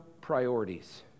priorities